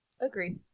Agree